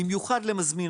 במיוחד למזמין